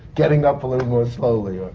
getting up a little more slowly.